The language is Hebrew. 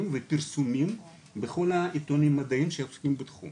ופרסומים בכל עיתוני המדעים שיוצאים בתחום